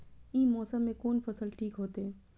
ई मौसम में कोन फसल ठीक होते?